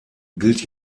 gilt